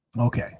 Okay